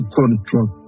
control